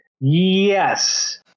Yes